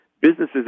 businesses